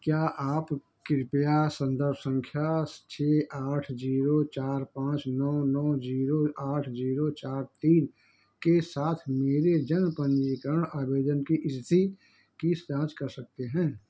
क्या आप कृपया सन्दर्भ सँख्या छह आठ ज़ीरो चार पाँच नौ नौ ज़ीरो आठ ज़ीरो चार तीन के साथ मेरे जन्म पन्जीकरण आवेदन की इस्थिति की जाँच कर सकते हैं